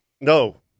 No